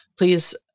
Please